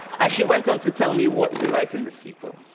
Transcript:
and she went on to tell me what to write in the sequel.